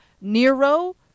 Nero